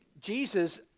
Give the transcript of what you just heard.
Jesus